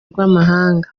rw’amahanga